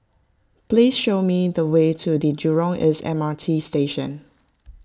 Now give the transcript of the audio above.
please show me the way to the Jurong East M R T Station